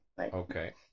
Okay